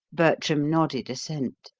bertram nodded assent.